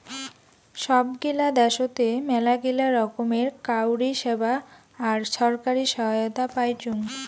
সব গিলা দ্যাশোতে মেলাগিলা রকমের কাউরী সেবা আর ছরকারি সহায়তা পাইচুং